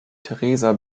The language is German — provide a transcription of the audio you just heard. teresa